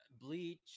Bleach